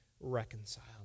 reconciled